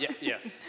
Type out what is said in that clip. Yes